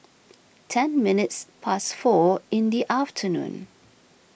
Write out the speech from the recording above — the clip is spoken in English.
ten minutes past four in the afternoon